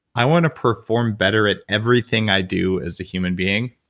i wanna perform better at everything i do as a human being.